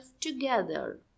together